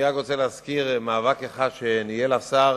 אני רק רוצה להזכיר מאבק אחד שניהל השר